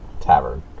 tavern